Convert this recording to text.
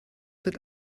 wird